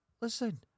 Listen